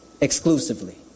exclusively